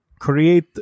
create